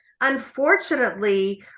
unfortunately